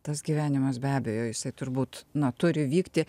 tas gyvenimas be abejo jisai turbūt na turi vykti